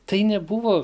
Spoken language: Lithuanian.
tai nebuvo